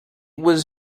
was